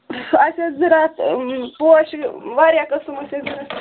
اَسہِ اوس ضروٗرت پوٚش واریاہ قٔسمٕکۍ ٲسۍ ضروٗرت